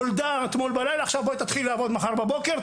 נולדה אתמול בלילה ועכשיו בואי תתחילי לעבוד מחר בבוקר,